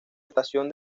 estación